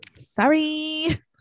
Sorry